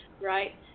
right